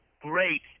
great